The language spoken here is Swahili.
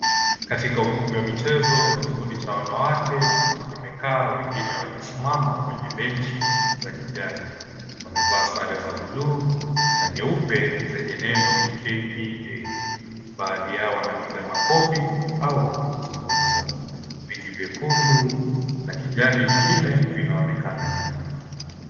Katika ukumbi wa mchezo, kikundi cha wanawake kimekaa, wengine wakisimama kwenye benchi za kijani. Wamevaa sare za bluu na nyeupe zenye neno "KPA", baadhi yao wanapiga makofi au kuzungumza. Viti vyekundu na vya kijani vingine vinaonekana nyuma.